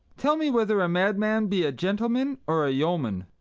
tell me whether a madman be a gentleman or a yeoman.